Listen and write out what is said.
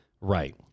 right